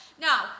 Now